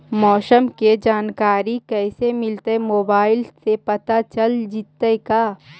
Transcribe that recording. मौसम के जानकारी कैसे मिलतै मोबाईल से पता चल जितै का?